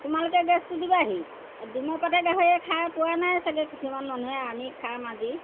তোমালোকে গেছটো দিবাহি ডিমৰু পাতে গাহৰিয়ে খাই পোৱা নাই চাগে কিছুমান মানুহে আমি খাম আজি